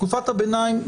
תקופת הביניים,